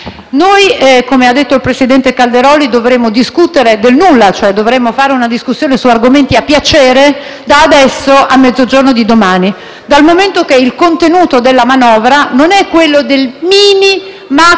Noi - come ha detto il presidente Calderoli - dovremmo discutere del nulla, nel senso che dovremmo fare una discussione su argomenti a piacere da adesso a mezzogiorno di domani, dal momento che il contenuto della manovra non è quello del